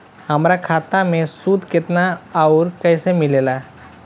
हमार खाता मे सूद केतना आउर कैसे मिलेला?